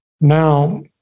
now